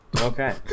Okay